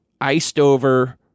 iced-over